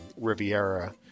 Riviera